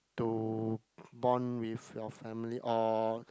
to bond with your family or